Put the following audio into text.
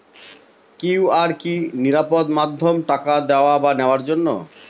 QR কি নিরাপদ মাধ্যম টাকা দেওয়া বা নেওয়ার জন্য?